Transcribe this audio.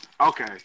Okay